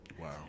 Wow